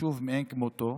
חשוב מאין כמותו,